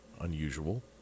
unusual